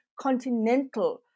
continental